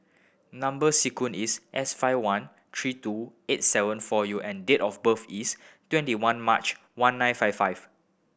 number sequence is S five one three two eight seven four U and date of birth is twenty one March one nine five five